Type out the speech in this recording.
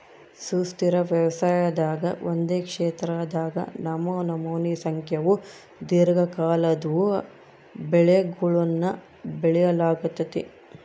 ಸುಸ್ಥಿರ ವ್ಯವಸಾಯದಾಗ ಒಂದೇ ಕ್ಷೇತ್ರದಾಗ ನಮನಮೋನಿ ಸಂಖ್ಯೇವು ದೀರ್ಘಕಾಲದ್ವು ಬೆಳೆಗುಳ್ನ ಬೆಳಿಲಾಗ್ತತೆ